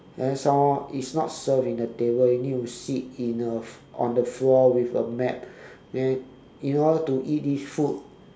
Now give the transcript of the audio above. and some more it's not serve in the table you need to sit in a on the floor with a mat then in order to eat this food